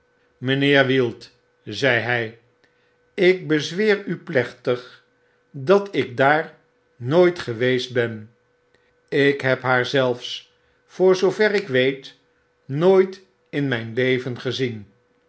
mynheer wield zei hy ik bezweer u plechtig dat ik daar nooit geweest ben ik heb haar zelfs voor zoover ik weet nooit in myn leven gezien